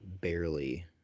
barely